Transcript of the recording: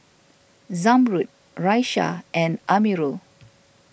Zamrud Raisya and Amirul